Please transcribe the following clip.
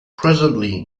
presently